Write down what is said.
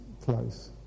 close